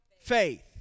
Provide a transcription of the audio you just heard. faith